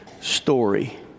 story